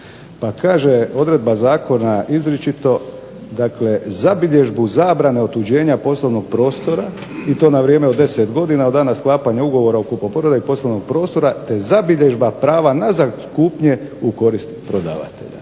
Pa kaže, odredba Zakona izričito zabilježbu zabrane otuđenja poslovnog prostora i to na vrijeme od 10 godina od dana sklapanja ugovora o kupoprodaji prostora te zabilježba prava nazad kupnje u prodavatelja.